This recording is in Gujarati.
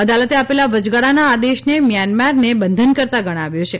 અદાલતે આપેલા વચગાળાના આદેશને મ્યાનમારને બંધનકર્તા ગણાવ્યો છે